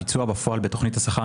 הביצוע בפועל בתכנית השכר,